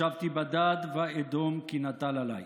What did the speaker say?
ישבתי בדד ואדום, כי נטל עליי.